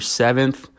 seventh